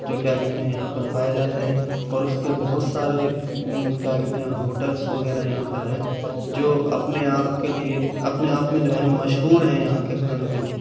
جو کیا کہتے ہیں یہاں پر پائے جاتے ہیں اور اس کے بہت سارے کیا کہتے ہیں ہوٹلس وغیرہ یہاں پر ہیں جو اپنے آپ کے لیے اپنے آپ میں جو ہیں مشہور ہیں یہاں کے کھانوں کے لیے